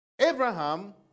Abraham